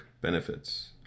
benefits